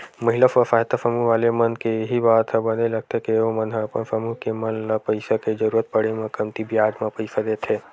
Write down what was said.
महिला स्व सहायता समूह वाले मन के इही बात ह बने लगथे के ओमन ह अपन समूह के मन ल पइसा के जरुरत पड़े म कमती बियाज म पइसा देथे